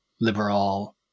Liberal